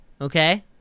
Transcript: Okay